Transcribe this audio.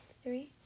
Three